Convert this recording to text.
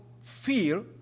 fear